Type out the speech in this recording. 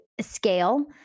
scale